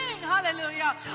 Hallelujah